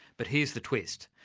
but here's the twist.